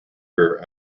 her